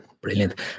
brilliant